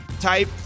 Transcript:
type